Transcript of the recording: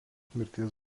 mirties